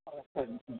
ம் சரிங்க ம்